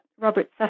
Robert